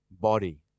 body